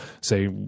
say